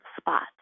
spot